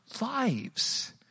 lives